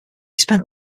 spent